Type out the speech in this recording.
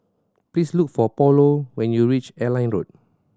please look for Paulo when you reach Airline Road